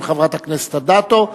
של חברת הכנסת אדטו,